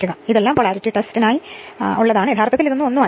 അതിനാൽ ഇതെല്ലാം പോളാരിറ്റി ടെസ്റ്റി നായി യഥാർത്ഥത്തിൽ ഒന്നും ഇല്ല